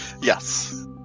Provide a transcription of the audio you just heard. Yes